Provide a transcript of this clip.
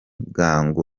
bwangu